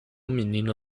menina